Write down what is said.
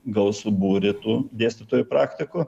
gausų būrį tų dėstytojų praktikų